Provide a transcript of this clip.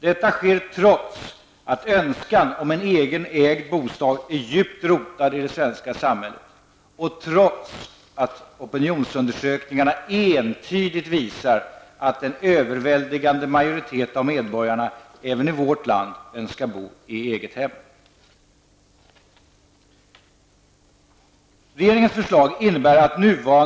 Detta sker trots att önskan om en egen ägd bostad är djupt rotad i det svenska samhället och trots att opinionsundersökningarna entydigt visar att en överväldigande majoritet av medborgarna även i vårt land önskar bo i eget hem.